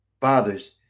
Fathers